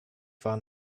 waren